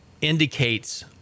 indicates